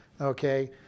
okay